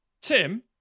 Tim